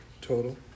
total